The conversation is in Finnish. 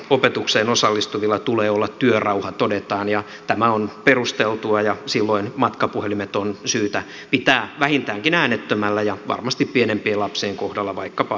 opetukseen osallistuvilla tulee olla työrauha todetaan ja tämä on perusteltua ja silloin matkapuhelimet on syytä pitää vähintäänkin äänettömällä ja varmasti pienempien lapsien kohdalla vaikkapa suljettuinakin